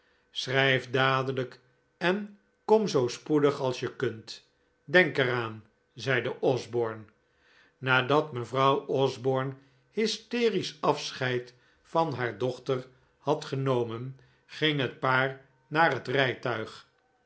schrijf dadelijk en kom zoo spoedig als je kunt denk er aan zeide osborne nadat mevrouw osborne hysterisch afscheid van haar dochter had genomen ging het paar naar het rijtuig